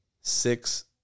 six